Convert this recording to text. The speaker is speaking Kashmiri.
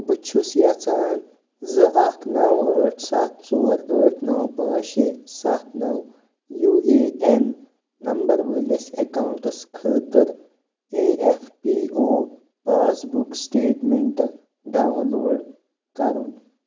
بہٕ چھُس یژھان زٕ اکھ نو ٲٹھ سَتھ ژور ٲٹھ نَو پانٛژھ شےٚ سَتھ نو یوٗ اے اٮ۪ن نمبر وٲلِس اٮ۪کاوُنٛٹَس خٲطرٕ E F P O passbook statement download کرُن